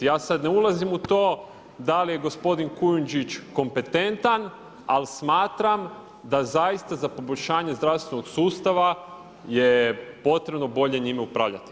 Ja sada ne ulazim u to, da li je gospodin Kujundžić kompetentan, ali smatram da zaista, za poboljšavanje zdravstvenog sustava je potrebno bolje njime upravljati.